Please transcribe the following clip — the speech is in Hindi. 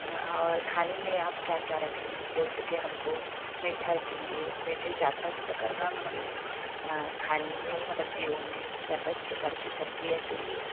और खाने में आप क्या क्या रखेंगे जैसे के हम को मिठा चाहिए मीठे चार पांच प्रकार का चाहिए खाने में सब्जियों में चार पांच प्रकार की सब्जियां चाहिए